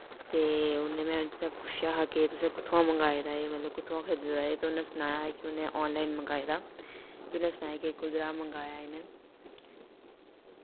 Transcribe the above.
ते उ'नें में जिसलै पुच्छेआ हा कि तुसें कुत्थूं दा मंगाए दा एह् मतलब कुत्थूं दा खरीदे दा ऐ एह् ते उ'नें सनाया हा कि उ'नें आनलाइन मंगाए दा भी उ'नें सनाया कि कुद्धरा मंगाया इ'नें